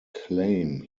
claim